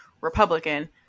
republican